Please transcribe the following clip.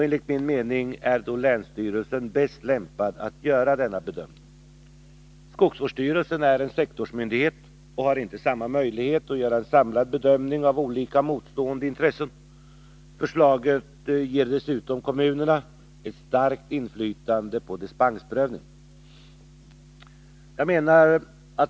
Enligt min mening är länsstyrelsen bäst lämpad att göra denna bedömning. Skogsvårdsstyrelsen är en sektorsmyndighet och har inte samma möjlighet att göra en samlad bedömning av olika motstående intressen. Förslaget ger dessutom kommunerna ett starkt inflytande i fråga om dispensprövningen.